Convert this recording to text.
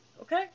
Okay